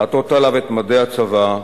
לעטות עליו את מדי הצבא,